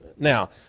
Now